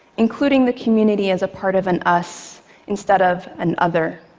including the community as a part of an us instead of an other.